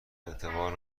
اعتبار